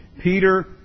Peter